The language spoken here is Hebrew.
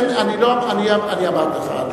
אני אמרתי לך,